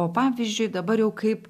o pavyzdžiui dabar jau kaip